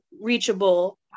reachable